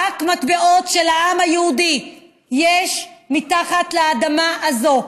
רק מטבעות של העם היהודי יש מתחת לאדמה הזו.